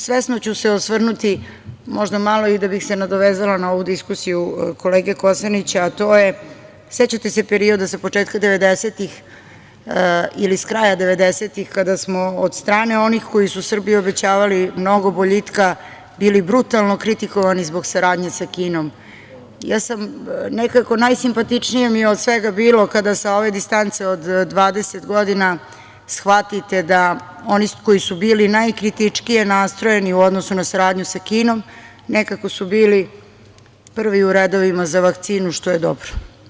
Svesno ću se osvrnuti, možda i malo da bih se nadovezala na ovu diskusiju kolege Kosanića, a to je, sećate se perioda sa početka devedesetih ili s kraja devedesetih kada smo od strane onih koji su Srbiji obećavali mnogo boljitka bili brutalno kritikovani zbog saradnje sa Kinom, najsimpatičnije mi je od svega bilo kada sa ove distance od 20 godina shvatite da oni koji su bili najkritičkije nastrojeni u odnosu na saradnju sa Kinom nekako su bili prvi u redovima za vakcinu, što je dobro.